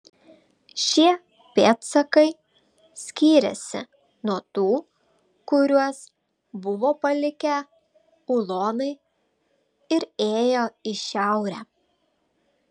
šie pėdsakai skyrėsi nuo tų kuriuos buvo palikę ulonai ir ėjo į šiaurę